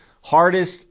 hardest